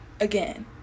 again